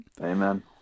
Amen